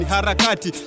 Harakati